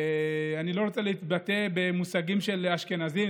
אני לא רוצה להתבטא במושגים של אשכנזים,